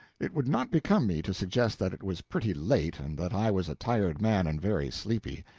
it would not become me to suggest that it was pretty late and that i was a tired man and very sleepy.